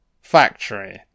Factory